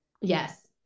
Yes